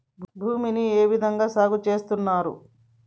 భూమిని ఏ విధంగా సాగు చేస్తున్నారు?